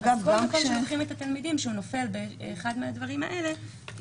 כל מקום שלוקחים את התלמידים והוא נופל באחד מהדברים האלה.